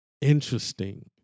interesting